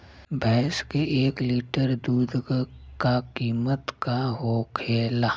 भैंस के एक लीटर दूध का कीमत का होखेला?